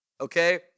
okay